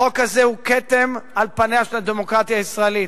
החוק הזה הוא כתם על פניה של הדמוקרטיה הישראלית,